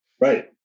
Right